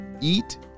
eat